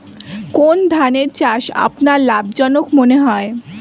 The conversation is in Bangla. কোন ধানের চাষ আপনার লাভজনক মনে হয়?